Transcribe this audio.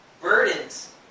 Burdens